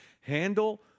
handle